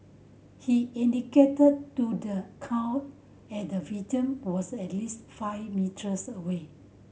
he indicated to the court at the victim was at least five metres away